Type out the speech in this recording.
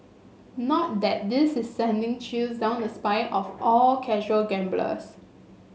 not that this is sending chills down the spines of all casual gamblers